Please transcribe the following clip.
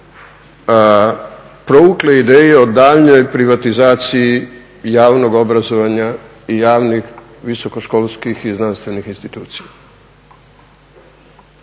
provukli ideju o daljnjoj privatizaciji javnog obrazovanja i javnih visokoškolskih i znanstvenih institucija.